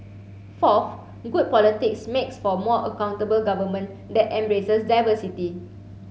fourth good politics makes for more accountable government that embraces diversity